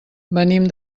venim